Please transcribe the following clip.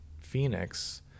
phoenix